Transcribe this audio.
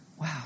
Wow